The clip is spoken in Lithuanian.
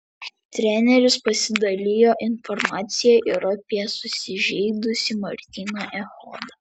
treneris pasidalijo informacija ir apie susižeidusį martyną echodą